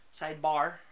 sidebar